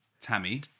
Tammy